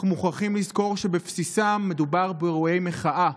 אנחנו מוכרחים לזכור שבבסיסם מדובר באירועי מחאה,